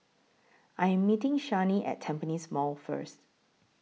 I Am meeting Shani At Tampines Mall First